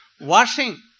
Washing